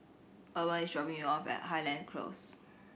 Urban is dropping me off at Highland Close